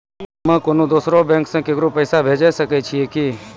हम्मे कोनो दोसरो बैंको से केकरो पैसा भेजै सकै छियै कि?